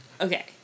okay